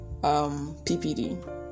PPD